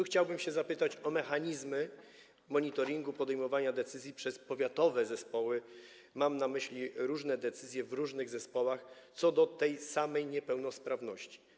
Chciałbym się zapytać o mechanizmy monitoringu podejmowania decyzji przez powiatowe zespoły, mam na myśli różne decyzje podejmowane w różnych zespołach co do tej samej niepełnosprawności.